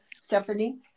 Stephanie